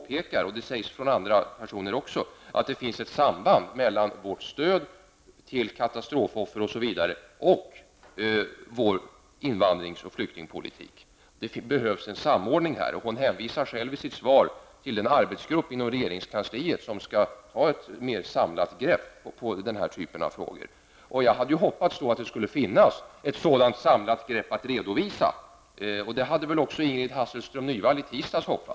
Jag gjorde det även därför att hon här själv påpekade att det finns ett samband mellan vårt stöd till katastrofoffer osv. och vår invandrings och flyktingpolitik. Det sägs också av andra personer. Här behövs en samordning. Invandrarministern hänvisade själv i sitt svar till den arbetsgrupp inom regeringskansliet som skall ta ett mer samlat grepp på den här typen av frågor. Jag hade hoppats att det skulle finnas ett sådant samlat grepp att redovisa. Det hade väl också Ingrid Hasselström Nyvall i tisdags.